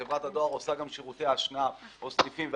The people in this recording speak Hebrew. וחברת הדואר עושה גם שירותי אשנב או סניפים,